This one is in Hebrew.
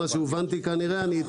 אני אחדד.